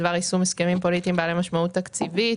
בדבר יישום הסכמים פוליטיים בעלי משמעות תקציבית,